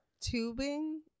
tubing